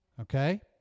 Okay